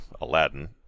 Aladdin